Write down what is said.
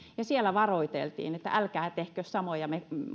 siellä varoiteltiin että älkää tehkö samoja